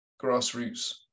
grassroots